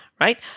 right